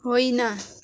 होइन